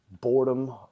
boredom